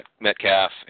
Metcalf